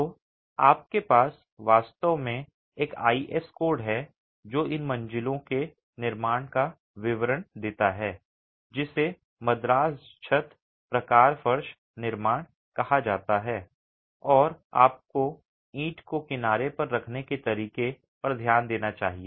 तो आपके पास वास्तव में एक आईएस कोड है जो इन मंजिलों के निर्माण का विवरण देता है जिसे मद्रास छत प्रकार फर्श निर्माण कहा जाता है और आपको ईंट को किनारे पर रखने के तरीके पर ध्यान देना चाहिए